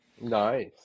Nice